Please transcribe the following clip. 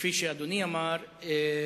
כפי שאדוני אמר,